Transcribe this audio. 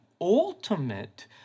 ultimate